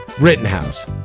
Rittenhouse